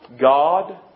God